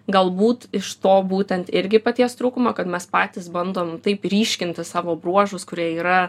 galbūt iš to būtent irgi paties trūkumo kad mes patys bandom taip ryškinti savo bruožus kurie yra